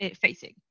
facing